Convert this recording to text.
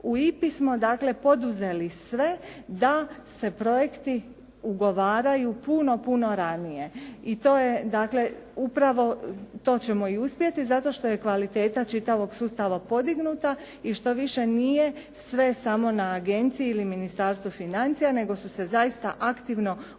U IPA-i smo dakle poduzeli sve da se projekti ugovaraju puno, puno ranije i to je dakle upravo to ćemo i uspjeti zato što je kvaliteta čitavog sustava podignuta i što više nije sve samo na agenciji ili Ministarstvu financija, nego su se zaista aktivno uključila